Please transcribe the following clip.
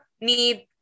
need